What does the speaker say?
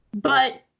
But-